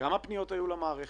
כמה פניות היו למערכת,